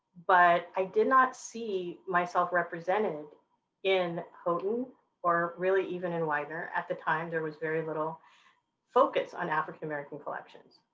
but i did not see myself represented in houghton or really even in widener. at the time there was very little focus on african-american collections,